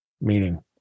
meaning